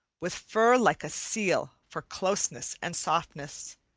with fur like a seal for closeness and softness,